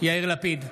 יאיר לפיד,